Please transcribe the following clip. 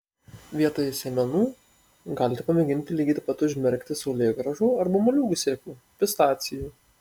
vietoj sėmenų galite pamėginti lygiai taip pat užmerkti saulėgrąžų arba moliūgų sėklų pistacijų